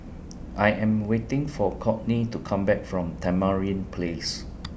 I Am waiting For Kourtney to Come Back from Tamarind Place